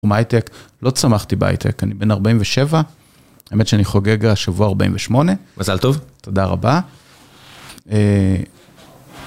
מ הייטק, לא צמחתי בהייטק, אני בן 47, האמת שאני חוגג השבוע 48. מזל טוב. תודה רבה.